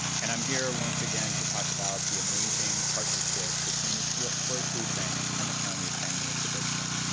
and i'm here once again to talk about the amazing partnership between the slo slo food bank and the county of san luis obispo.